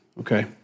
Okay